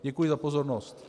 Děkuji za pozornost.